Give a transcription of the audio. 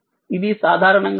ఇది సాధారణంగా తెలుసు vLdidt